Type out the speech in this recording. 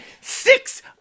six